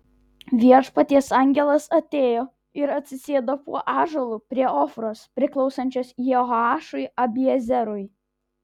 viešpaties angelas atėjo ir atsisėdo po ąžuolu prie ofros priklausančios jehoašui abiezerui